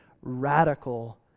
Radical